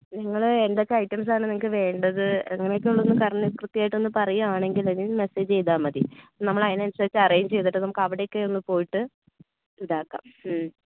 നിങ്ങൾ എന്തൊക്കെ ഐറ്റംസ് ആണ് നിങ്ങൾക്ക് വേണ്ടത് അങ്ങനെയൊക്കെ ഉള്ളത് പറഞ്ഞ് കൃത്യമായിട്ടൊന്ന് പറയുവാണെങ്കിൽ ഒന്ന് മെസ്സേജ് ചെയ്താൽ മതി നമ്മൾ അതിനനുസരിച്ച് അറേഞ്ച് ചെയ്തിട്ട് നമുക്ക് അവിടെയൊക്കെ ഒന്ന് പോയിട്ട് ഇതാക്കാം മ്